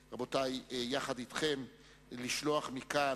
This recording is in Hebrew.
רבותי, יחד אתכם אני רוצה לשלוח מכאן